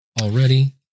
already